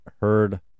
heard